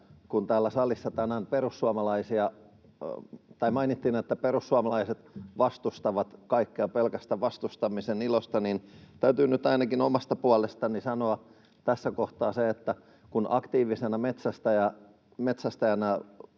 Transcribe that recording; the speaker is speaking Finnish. kun täällä salissa tänään mainittiin, että perussuomalaiset vastustavat kaikkea pelkästä vastustamisen ilosta, niin täytyy nyt ainakin omasta puolestani sanoa tässä kohtaa se, että kun aktiivisena metsästäjänä